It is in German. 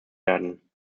werden